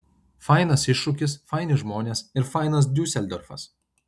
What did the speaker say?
fainas iššūkis faini žmonės ir fainas diuseldorfas